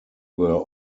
were